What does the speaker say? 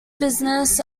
business